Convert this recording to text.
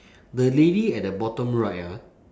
the lady at the bottom right ah